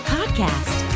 Podcast